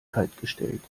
kaltgestellt